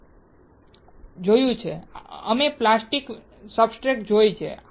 હતી અમે plastic substrate જોઇ છે